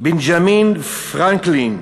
בנג'מין פרנקלין,